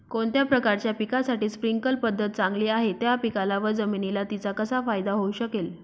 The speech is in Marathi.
कोणत्या प्रकारच्या पिकासाठी स्प्रिंकल पद्धत चांगली आहे? त्या पिकाला व जमिनीला तिचा कसा फायदा होऊ शकेल?